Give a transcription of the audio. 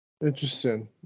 Interesting